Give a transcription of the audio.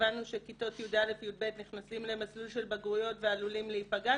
כשהבנו שכיתות י"א-י"ב נכנסים למסלול של בגרויות ועלולים להיפגע,